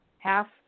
half